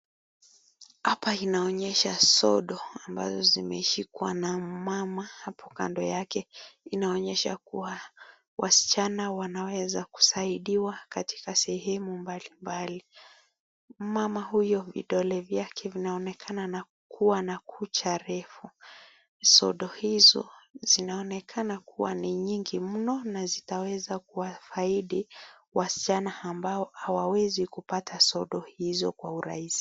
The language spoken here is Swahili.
Hapa inaonyesha sodo ambazo zimeshikwa na mama hapo kando yake inaonyesha kuwa wasichana wanaweza kusaidiwa katika sehemu mbali mbali. Mama huyu vidole hivyo vinaoneka na kuwa na kucha refu. Sodo hizo zinaonekana kuwa ni nyingi mno na zitaweza kuwafaidi wasichana ambao hawawezi kupata sodo hizo kwa urahisi.